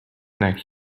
neck